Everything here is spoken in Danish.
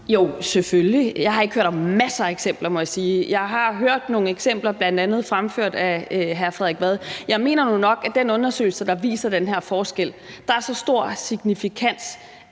Ja, selvfølgelig. Jeg har ikke hørt om masser af eksempler, må jeg sige. Jeg har hørt nogle eksempler, bl.a. fremført af hr. Frederik Vad. Jeg mener nu nok, at i den undersøgelse, der viser den her forskel, er der en så stor signifikans,